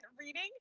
reading